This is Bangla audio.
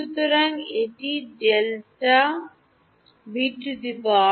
সুতরাং এটি Δβm